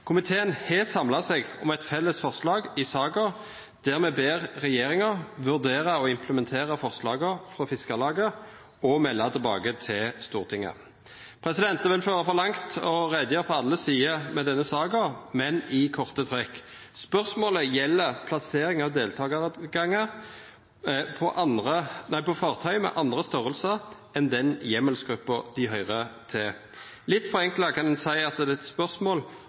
Komiteen har samla seg om eit felles forslag i saka, der me ber regjeringa vurdera å implementera forslaga frå Fiskarlaget og melda tilbake til Stortinget. Det vil føra for langt å gjera greie for alle sidene ved denne saka, men i korte trekk gjeld spørsmålet plasseringa av deltakartilgangar på fartøy med andre størrelsar enn den heimelsgruppa dei hører til. Litt forenkla kan ein seia at det er eit spørsmål